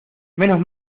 menos